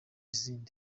izindi